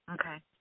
Okay